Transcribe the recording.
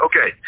Okay